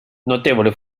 notevole